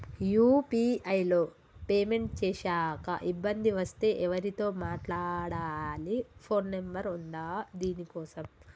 UPI లో payment చేశాక ఇబ్బంది వస్తే ఎవరితో మాట్లాడాలి? ఫోన్ నంబర్ ఉందా దీనికోసం?